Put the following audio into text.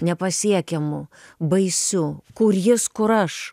nepasiekiamu baisiu kur jas kur aš